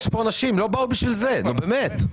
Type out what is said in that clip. יש פה אנשים שלא באו בשביל זה, נו, באמת.